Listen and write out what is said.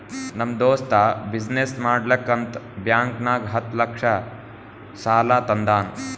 ನಮ್ ದೋಸ್ತ ಬಿಸಿನ್ನೆಸ್ ಮಾಡ್ಲಕ್ ಅಂತ್ ಬ್ಯಾಂಕ್ ನಾಗ್ ಹತ್ತ್ ಲಕ್ಷ ಸಾಲಾ ತಂದಾನ್